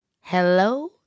hello